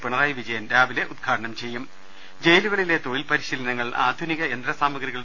പിണറായി വിജയൻ രാവിലെ ഉദ്ഘാടനം ചെയ്യും ജയിലുകളിലെ തൊഴിൽ പരിശീലനങ്ങൾ ആധുനിക യന്ത്രസാമഗ്രികൾ